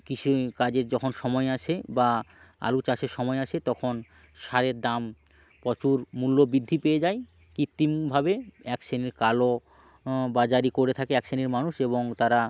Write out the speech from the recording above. কৃষিকাজের যখন সময় আসে বা আলু চাষের সময় আসে তখন সারের দাম প্রচুর মূল্য বৃদ্ধি পেয়ে যায় কৃত্রিমভাবে এক শ্রেণীর কালো বাজারি করে থাকে এক শ্রেণীর মানুষ এবং তারা